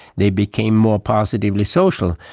they became more positively social,